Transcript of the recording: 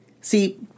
See